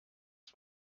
das